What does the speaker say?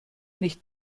nicht